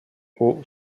aux